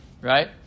right